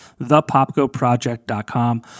thepopgoproject.com